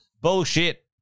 Bullshit